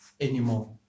anymore